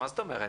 מה זאת אומרת?